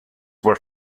were